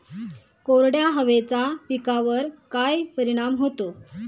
कोरड्या हवेचा पिकावर काय परिणाम होतो?